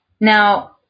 Now